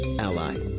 ally